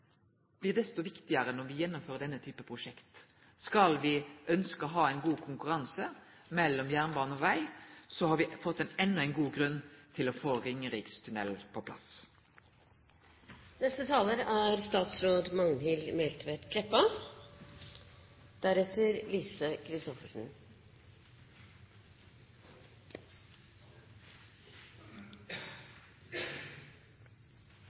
blir desto viktigare når me gjennomfører denne type prosjekt. Ønskjer vi å ha ein god konkurranse mellom jernbane og veg, har me fått endå ein god grunn til å få Ringerikstunnelen på